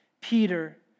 Peter